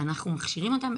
שאנחנו מכשירים אותם.